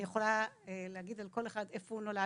אני יכולה להגיד על כל אחד איפה הוא נולד,